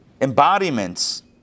embodiments